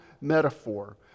metaphor